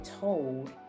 told